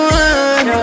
one